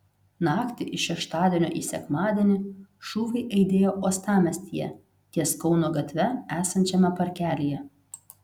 naktį iš šeštadienio į sekmadienį šūviai aidėjo uostamiestyje ties kauno gatve esančiame parkelyje